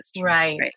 Right